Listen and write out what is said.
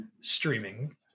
streaming